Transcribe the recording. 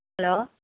hello